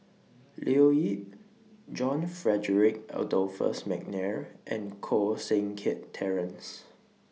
Leo Yip John Frederick Adolphus Mcnair and Koh Seng Kiat Terence